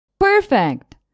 Perfect